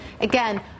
again